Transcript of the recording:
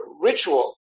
ritual